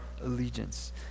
allegiance